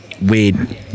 weird